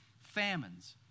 Famines